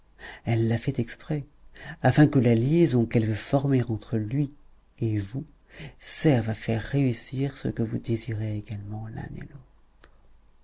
elle l'a fait exprès afin que la liaison qu'elle veut former entre lui et vous serve à faire réussir ce que vous désirez également l'un et l'autre